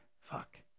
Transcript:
Fuck